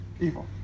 evil